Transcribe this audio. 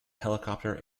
helicopter